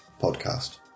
podcast